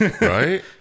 right